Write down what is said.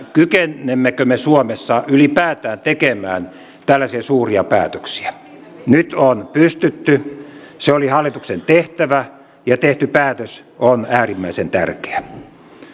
kykenemmekö me suomessa ylipäätään tekemään tällaisia suuria päätöksiä nyt on pystytty se oli hallituksen tehtävä ja tehty päätös on äärimmäisen tärkeä